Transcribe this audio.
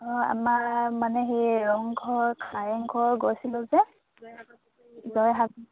অঁ আমাৰ মানে সেই ৰংঘৰ কাৰেংঘৰ গৈছিলোঁ যে জয়সাগৰ